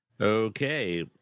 Okay